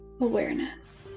awareness